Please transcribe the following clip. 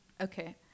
okay